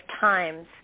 times